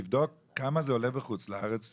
לבדוק כמה זה עולה בחוץ לארץ,